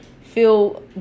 feel